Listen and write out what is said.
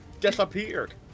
disappeared